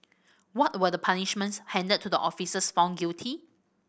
what were the punishments handed to the officers found guilty